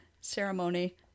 ceremony